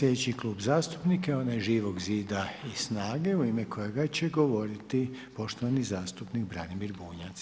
Sljedeći Klub zastupnika je onaj Živog zida i SNAGA-e u ime kojega će govoriti, poštovani zastupnik Branimir Bunjac.